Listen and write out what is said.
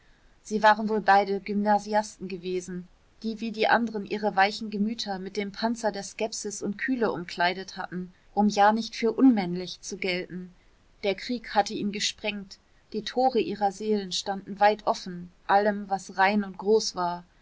sie waren wohl beide gymnasiasten gewesen die wie die anderen ihre weichen gemüter mit dem panzer der skepsis und kühle umkleidet hatten um ja nicht für unmännlich zu gelten der krieg hatte ihn gesprengt die tore ihrer seelen standen weit offen allem was rein und groß war